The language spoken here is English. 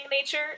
nature